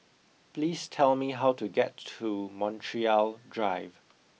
please tell me how to get to Montreal Drive